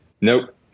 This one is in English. Nope